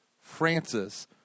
Francis